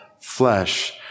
flesh